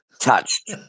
Touched